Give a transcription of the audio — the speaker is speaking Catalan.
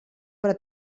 però